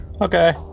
Okay